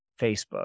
Facebook